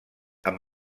amb